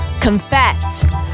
confess